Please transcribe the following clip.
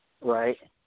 Right